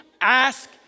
Ask